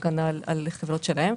הגנה על חברות שלהם.